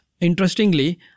interestingly